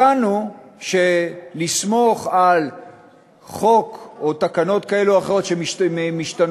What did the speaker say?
הבנו שלסמוך על חוק או תקנות כאלו או אחרות שמשתנות